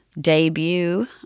debut